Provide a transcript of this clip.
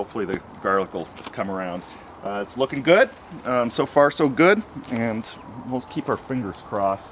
hopefully the garlic will come around it's looking good so far so good and we'll keep our fingers crossed